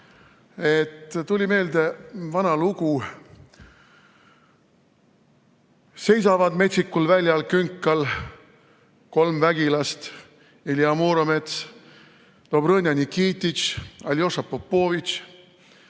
tuli meelde vana lugu. Seisavad metsikul väljal künkal kolm vägilast, Ilja Muromets, Dobrõnja Nikititš ja Aljoša Popovitš.